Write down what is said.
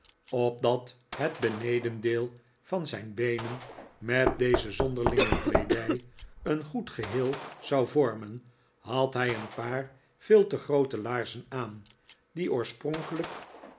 opdat het benedendeel van zijn beenen met deze zonderlinge kleedij een goed geheel zou vorme had hij een paar veel te groote laarzen aan die oorspronkelijk